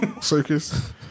Circus